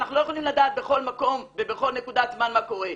אנחנו לא יכולים לדעת בכל מקום ובכל נקודת זמן מה קורה.